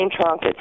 trunk